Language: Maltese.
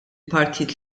partit